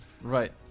right